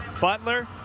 Butler